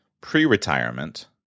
pre-retirement